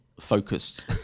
focused